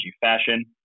fashion